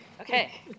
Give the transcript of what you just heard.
okay